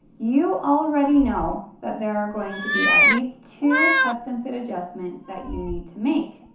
you already know that there are going to be at least two custom fit adjustments that you need to make.